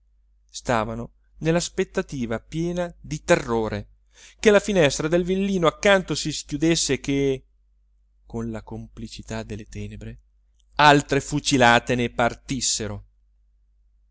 stavano nell'aspettativa piena di terrore che la finestra del villino accanto si schiudesse e che con la complicità delle tenebre altre fucilate ne partissero